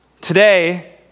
Today